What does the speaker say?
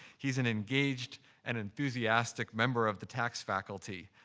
he's an engaged and enthusiastic member of the tax faculty.